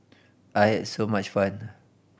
I had so much fun